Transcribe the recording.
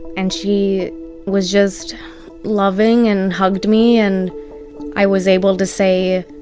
and she was just loving and hugged me and i was able to say,